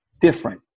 different